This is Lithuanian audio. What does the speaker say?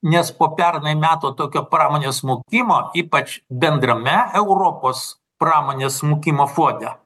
nes po pernai metų tokio pramonės smukimo ypač bendrame europos pramonės smukimo fone